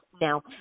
now